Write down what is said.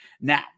Now